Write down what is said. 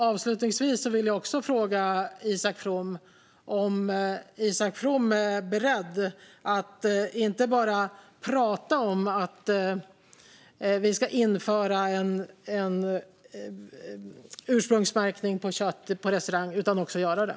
Avslutningsvis vill jag fråga Isak From om han är beredd att inte bara prata om att vi ska införa en ursprungsmärkning av kött på restaurang utan också göra det.